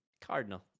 Cardinal